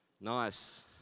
Nice